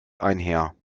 einher